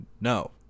No